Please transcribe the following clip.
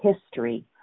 history